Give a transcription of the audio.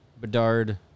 Bedard